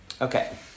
Okay